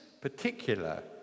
particular